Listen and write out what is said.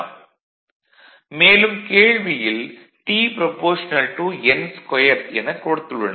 vlcsnap 2018 11 05 10h04m50s24 vlcsnap 2018 11 05 10h05m30s163 மேலும் கேள்வியில் T n2 எனக் கொடுத்துள்ளனர்